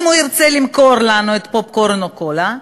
אם הוא ירצה למכור לנו את הפופקורן או הקולה,